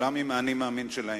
כולם עם ה"אני מאמין" שלהם,